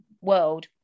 world